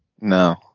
no